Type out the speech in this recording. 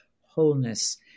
wholeness